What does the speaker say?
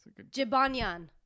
Jibanyan